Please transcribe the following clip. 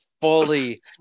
fully